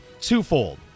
Twofold